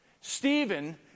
Stephen